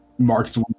Marks